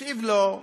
השיב לו: